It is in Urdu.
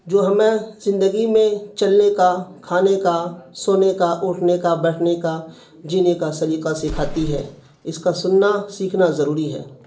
جو ہمیں زندگی میں چلنے کا کھانے کا سونے کا اٹھنے کا بیٹھنے کا جینے کا سلیقہ سکھاتی ہے اس کا سننا سیکھنا ضروری ہے